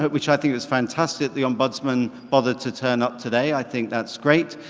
but which i think is fantastic the ombudsman bothered to turn up today, i think that's great.